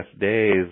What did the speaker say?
days